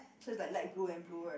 so is like light blue and blue right